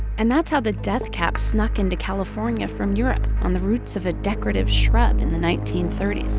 and that's how the death cap snuck into california from europe on the roots of a decorative shrub, in the nineteen thirty s.